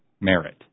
merit